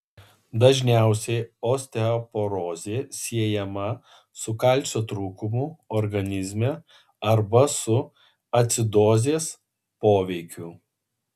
dažniausiai osteoporozė siejama su kalcio trūkumu organizme arba su acidozės poveikiu